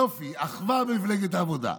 יופי, אחווה במפלגת העבודה.